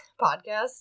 podcast